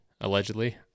Allegedly